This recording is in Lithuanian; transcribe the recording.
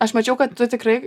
aš mačiau kad tu tikrai